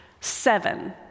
Seven